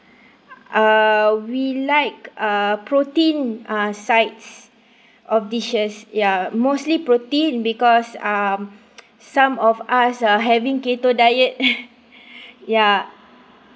uh we like uh protein uh sides of dishes ya mostly protein because um some of us are having keto diet ya